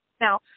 Now